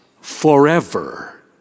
forever